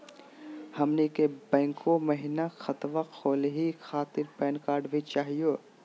हमनी के बैंको महिना खतवा खोलही खातीर पैन कार्ड भी चाहियो?